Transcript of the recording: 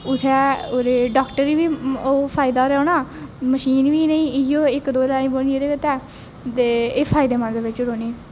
उत्थें डाक्टरें बी फायदा रौह्ना मशीन बी इ'नेंगी इ'यै इक दो लैनी पौनी एह्दे गित्तै ते एह् फायदेमंद बिच्च रौह्नी